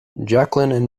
jacqueline